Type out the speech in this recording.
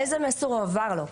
איזה מסר הועבר לו,